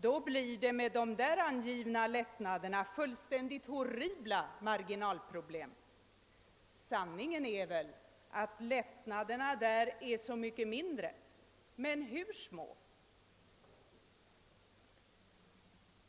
kronor, blir det med de angivna lättnaderna fullständigt horribla marginalproblem. Sanningen är väl att lättnaderna där är så mycket mindre. Men hur mycket mindre?